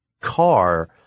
car